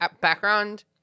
background